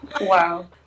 Wow